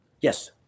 Yes